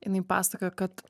jinai pasakojo kad